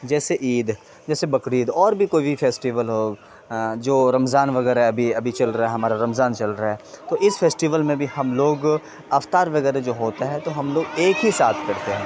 جیسے عید جیسے بقرعید اور بھی کوئی بھی فیسٹیول ہو جو رمضان وغیرہ ابھی ابھی چل رہا ہے ہمارا رمضان چل رہا ہے تو اس فیسٹیول میں بھی ہم لوگ افطار وغیرہ جو ہوتا ہے تو ہم لوگ ایک ہی ساتھ کرتے ہیں